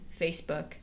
Facebook